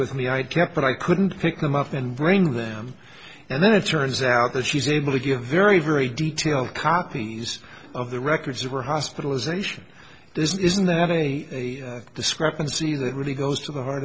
with me i kept but i couldn't pick them up and bring them and then it turns out that she's able to give very very detailed copies of the records of her hospitalization this isn't that a discrepancy that really goes to the heart